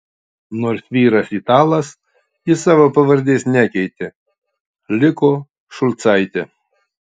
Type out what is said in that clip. nors vyras italas ji savo pavardės nekeitė liko šulcaitė